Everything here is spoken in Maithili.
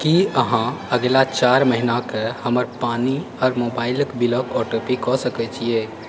की अहाँ अगिला चारि महिनाक हमर पानि आ मोबाइल बिलकेँ ऑटो पे कऽ सकैत छियै